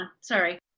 sorry